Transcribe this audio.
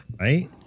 Right